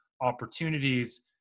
opportunities